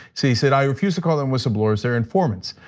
see, he said, i refuse to call them whistlebrowers, they're informants.